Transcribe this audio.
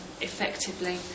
effectively